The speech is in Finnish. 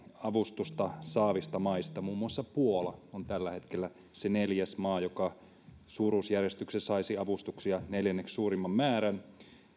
avustusta saavista maista esimerkiksi puola on tällä hetkellä se neljäs maa joka suuruusjärjestyksessä saisi avustuksia neljänneksi suurimman määrän